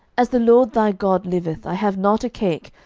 as the lord thy god liveth, i have not a cake,